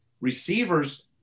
receivers